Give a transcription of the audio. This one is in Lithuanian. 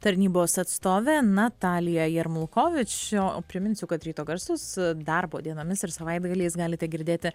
tarnybos atstovė natalija jermukovič o priminsiu kad ryto garsus darbo dienomis ir savaitgaliais galite girdėti